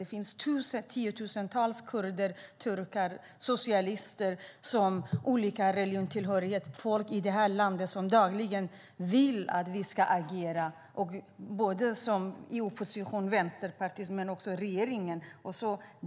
Det finns tiotusentals kurder, turkar, socialister och människor med olika religionstillhörighet i det här landet som dagligen vill att vi ska agera. Det gäller oppositionen, Vänsterpartiet, men också regeringen.